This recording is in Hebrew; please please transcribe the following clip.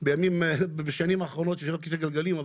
יושב בשנים האחרונות על כיסא גלגלים,